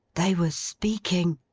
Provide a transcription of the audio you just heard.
they were speaking!